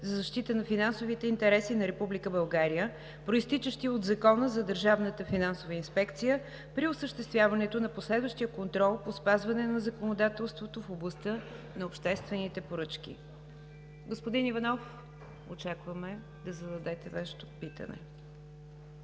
за защита на финансовите интереси на Република България, произтичащи от Закона за държавната финансова инспекция при осъществяването на последващия контрол по спазване на законодателството в областта на обществените поръчки. Господин Иванов, очакваме да зададете Вашето питане.